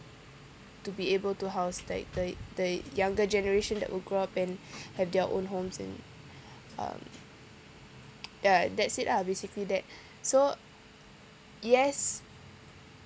to be able to house the the the younger generation that would grow up and have their own homes and um ya that's it lah basically that so yes